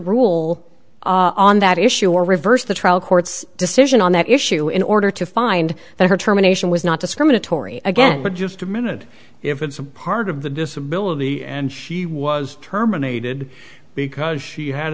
rule on that issue or reversed the trial court's decision on that issue in order to find that her terminations was not discriminatory again but just a minute if it's a part of the disability and she was terminated because she had